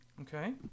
Okay